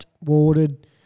watered